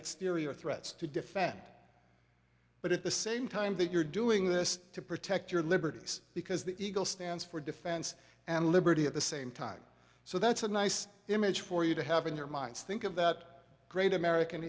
exterior threats to defend but at the same time that you're doing this to protect your liberties because the eagle stands for defense and liberty at the same time so that's a nice image for you to have in your minds think of that great american